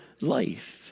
life